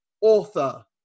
author